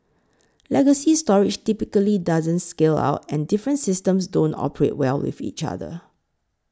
legacy storage typically doesn't scale out and different systems don't operate well with each other